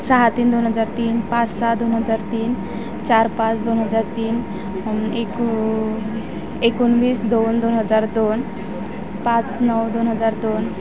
सहा तीन दोन हजार तीन पाच सहा दोन हजार तीन चार पाच दोन हजार तीन एकोन एकोणवीस दोन दोन हजार दोन पाच नऊ दोन हजार दोन